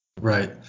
Right